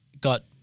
got